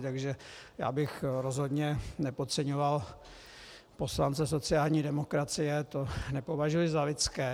Takže bych rozhodně nepodceňoval poslance sociální demokracie, to nepovažuji za lidské.